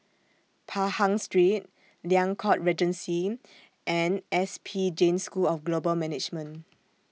Pahang Street Liang Court Regency and S P Jain School of Global Management